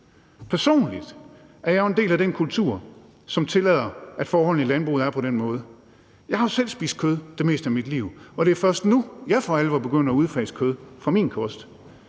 Personligt er jeg jo en del af den kultur, som tillader, at forholdene i landbruget er på den måde. Jeg har jo selv spist kød det meste af mit liv, og det er først nu, at jeg for alvor er begyndt at udfase kød i min kost.